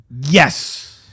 Yes